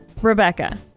Rebecca